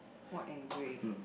white and grey